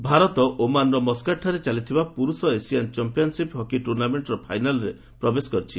hockey Bharat ଓମାନ୍ର ମସ୍କାଟ୍ଠାରେ ଚାଲିଥିବା ପୁରୁଷ ଏସିଆନ୍ ଚମ୍ପିଆନ୍ସିପ୍ ହକି ଟୁର୍ଣ୍ଣାମେଣ୍ଟ୍ର ଫାଇନାଲ୍ରେ ପ୍ରବେଶ କରିଛି